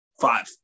five